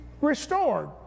restored